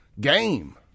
Game